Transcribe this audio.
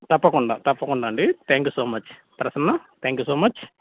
తప్పకుండా తప్పకుండా అండి thank you so much Prasanna thank you so much